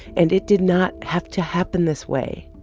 and it did not have to happen this way.